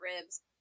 ribs